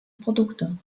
produkte